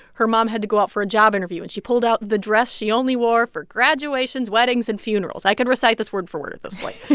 her mom had to go out for a job interview, and she pulled out the dress she only wore for graduations, weddings and funerals i could recite this word for word at this point.